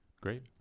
great